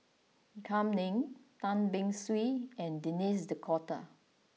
Kam Ning Tan Beng Swee and Denis D'Cotta